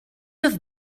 have